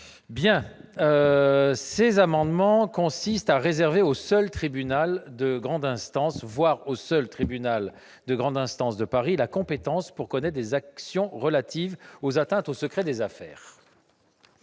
et 32 rectifié visent à réserver au seul tribunal de grande instance, voire au seul tribunal de grande instance de Paris, la compétence pour connaître des actions relatives aux atteintes au secret des affaires.